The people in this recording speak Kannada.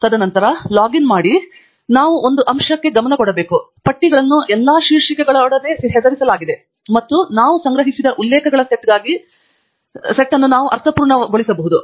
ತದನಂತರ ಲಾಗ್ ಇನ್ ಮಾಡಿದ ನಂತರ ನಾವು ಒಂದು ಅಂಶಕ್ಕೆ ಗಮನ ಕೊಡಬೇಕು ಪಟ್ಟಿಗಳನ್ನು ಎಲ್ಲಾ ಶೀರ್ಷಿಕೆಗಳೊಡನೆ ಹೆಸರಿಸಲಾಗಿದೆ ಮತ್ತು ನಾವು ಸಂಗ್ರಹಿಸಿದ ಉಲ್ಲೇಖಗಳ ಸೆಟ್ಗಾಗಿ ನಾವು ಅರ್ಥಪೂರ್ಣವಾಗಬಹುದು